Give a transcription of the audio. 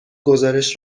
گزارش